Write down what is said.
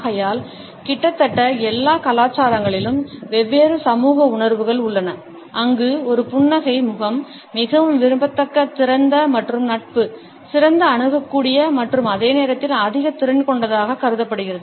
ஆகையால் கிட்டத்தட்ட எல்லா கலாச்சாரங்களிலும் வெவ்வேறு சமூக உணர்வுகள் உள்ளன அங்கு ஒரு புன்னகை முகம் மிகவும் விரும்பத்தக்க திறந்த மற்றும் நட்பு சிறந்த அணுகக்கூடியது மற்றும் அதே நேரத்தில் அதிக திறன் கொண்டதாக கருதப்படுகிறது